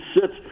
sits